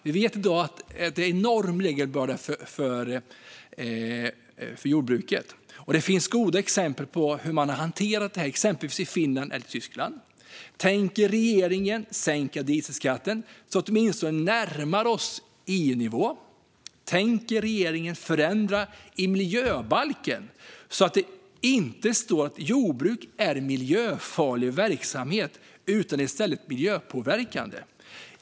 Vi vet att det i dag är en enorm regelbörda för jordbruket. Det finns goda exempel på hur man har hanterat detta, exempelvis i Finland och Tyskland. Tänker regeringen sänka dieselskatten, så att vi åtminstone närmar oss EU-nivån? Tänker regeringen förändra i miljöbalken, så att det inte står att jordbruk är miljöfarlig verksamhet utan i stället miljöpåverkande?